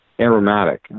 aromatic